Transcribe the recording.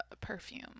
perfume